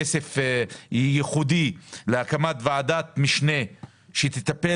הקצינו כסף ייחודי להקמת ועדת משנה שתטפל